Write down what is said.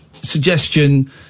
suggestion